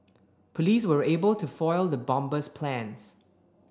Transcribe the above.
police were able to foil the bomber's plans